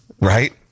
right